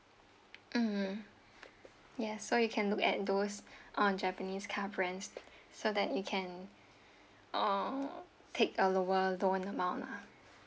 mm ya so you can look at those uh japanese car brands so that you can uh take a lower loan amount lah